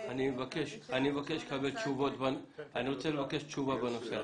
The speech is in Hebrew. מבקש לקבל תשובות בנושא הזה.